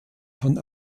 von